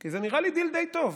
כי זה נראה לי דיל די טוב.